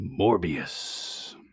Morbius